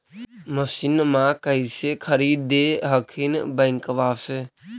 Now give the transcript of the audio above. मसिनमा कैसे खरीदे हखिन बैंकबा से?